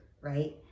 right